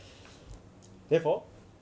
therefore